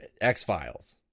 X-Files